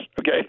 Okay